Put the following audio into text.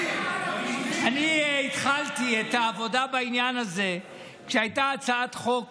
אני התחלתי את העבודה בעניין הזה כשהייתה הצעת חוק